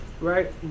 right